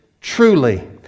truly